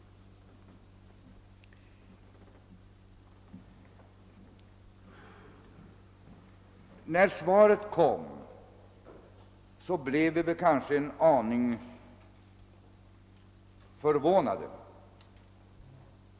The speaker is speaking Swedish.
När svaret kom, blev vi en aning förvånade.